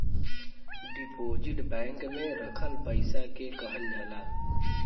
deposit bank में रखल पइसा के कहल जाला